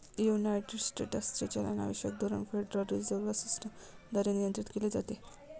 United स्टेट्सचे चलनविषयक धोरण फेडरल रिझर्व्ह सिस्टम द्वारे नियंत्रित केले जाते